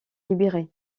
libérer